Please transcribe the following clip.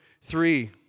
three